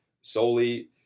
solely